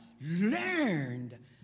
learned